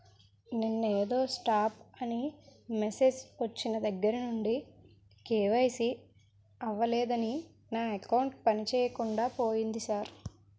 నిన్నేదో స్టాప్ అని మెసేజ్ ఒచ్చిన దగ్గరనుండి కే.వై.సి అవలేదని నా అకౌంట్ పనిచేయకుండా పోయింది సార్